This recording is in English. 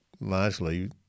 largely